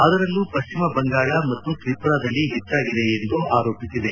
ಅದರಲ್ಲೂ ಪಶ್ಚಿಮ ಬಂಗಾಳ ಮತ್ತು ತ್ರಿಪುರಾದಲ್ಲಿ ಹೆಚ್ಚಾಗಿದೆ ಎಂದು ಆರೋಪಿಸಿದೆ